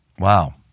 Wow